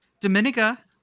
dominica